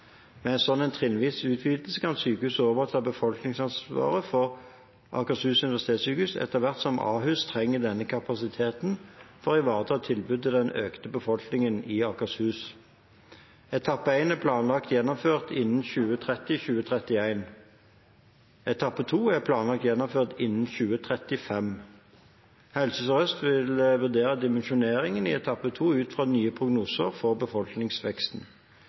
Med en slik trinnvis utvidelse kan sykehuset overta befolkningsansvaret fra Akershus universitetssykehus etter hvert som Ahus trenger denne kapasiteten for å ivareta tilbudet til den økte befolkningen i Akershus. Etappe 1 er planlagt gjennomført innen 2030/2031. Etappe 2 er planlagt gjennomført innen 2035. Helse Sør-Øst vil vurdere dimensjoneringen i etappe 2 ut fra nye prognoser for befolkningsveksten.